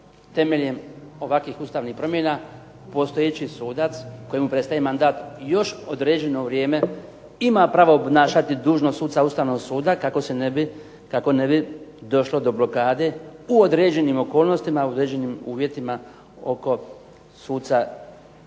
temeljem ovakvih ustavnih promjena postojeći sudac kojemu prestaje mandat još određeno vrijeme ima pravo obnašati dužnost suca Ustavnog suda kako ne bi došlo do blokade u određenim okolnostima, određenim uvjetima oko suca Ustavnog suda.